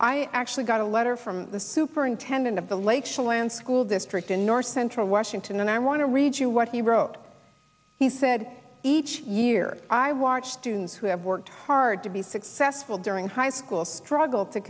i actually got a letter from the superintendent of the lake chelan school district in north central washington and i want to read you what he wrote he said each year i watch students who have worked hard to be successful during high school struggle to